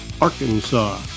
Arkansas